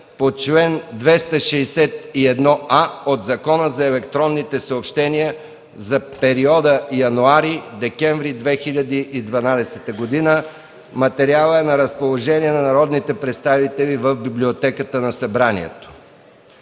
по чл. 261а от Закона за електронните съобщения за периода януари-декември 2012 г. Материалът е на разположение на народните представители в Библиотеката на Народното